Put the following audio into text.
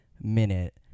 minute